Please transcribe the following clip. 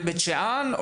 לבית שאן,